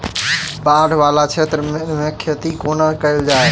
बाढ़ वला क्षेत्र मे खेती कोना कैल जाय?